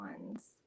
ones